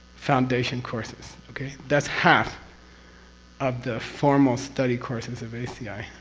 foundation courses. okay? that's half of the formal study courses of aci.